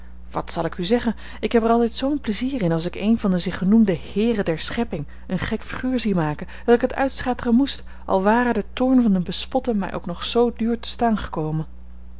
wàt zal ik u zeggen ik heb er altijd zoo'n pleizier in als ik een van de zich genoemde heeren der schepping een gek figuur zie maken dat ik het uitschateren moest al ware de toorn van den bespotte mij ook nog zoo duur te staan gekomen